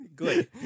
good